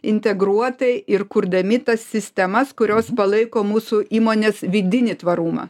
integruotai ir kurdami tas sistemas kurios palaiko mūsų įmonės vidinį tvarumą